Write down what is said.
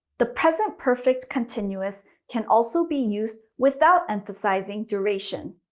the present perfect continuous can also be used without emphasizing duration.